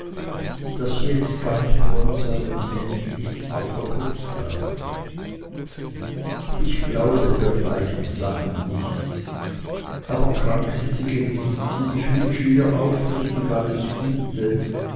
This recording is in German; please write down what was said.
daß sie jetzt ganz fromm sei und endlich auf der brust leide ich glaube dergleichen sachen nicht aber krank ist sie gewiß und ich wünsche ihr aufrichtig alles gute